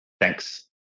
Thanks